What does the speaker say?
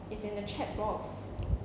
it's in the chat box